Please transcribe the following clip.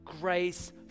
grace